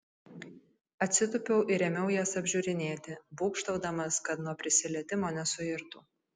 atsitūpiau ir ėmiau jas apžiūrinėti būgštaudamas kad nuo prisilietimo nesuirtų